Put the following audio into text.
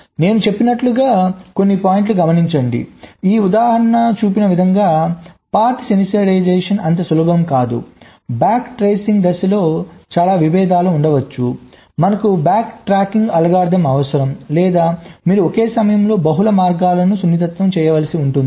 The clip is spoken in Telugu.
నేను చెప్పినట్లుగాకొన్ని పాయింట్లు గమనించండి ఈ ఉదాహరణ చూపిన విధంగా పాత్ సెన్సిటైజేషన్ అంత సులభం కాదు బ్యాక్ ట్రేసింగ్ దశలో చాలా విభేదాలు ఉండవచ్చు మనకు బ్యాక్ ట్రాకింగ్ అల్గోరిథం అవసరం లేదా మీరు ఒకే సమయంలో బహుళ మార్గాలను సున్నితం చేయవలసి ఉంటుంది